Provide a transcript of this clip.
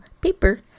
paper